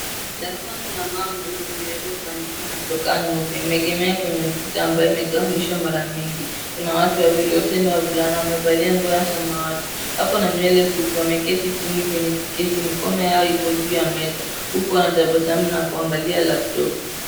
Darasani kuna ubao mweusi umeweza kwandikwa na chokaa nyeupe, umeegemea kwenye ukuta ambao umegawanyishwa mara mingi. Kuna watu wawili wote ni wavulana, wamevalia nguo ya samawati. Wako na nywele fupi, wameketi chini kwenye kiketi. Mikono yao iko juu ya meza huku wanatabasamu na kwangalia laptopu.